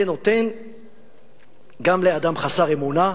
גם לאדם חסר אמונה,